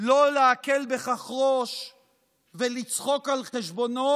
לא להקל ראש בכך ולצחוק על חשבונו,